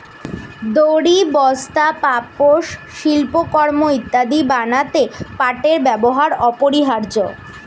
দড়ি, বস্তা, পাপোশ, শিল্পকর্ম ইত্যাদি বানাতে পাটের ব্যবহার অপরিহার্য